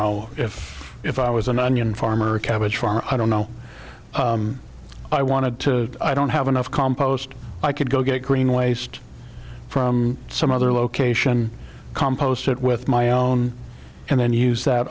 know if if i was an onion farmer a cabbage farmer i don't know i wanted to i don't have enough compost i could go get green waste from some other location compost it with my own and then use that